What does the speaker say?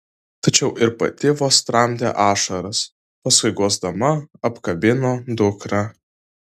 tačiau ir pati vos tramdė ašaras paskui guosdama apkabino dukrą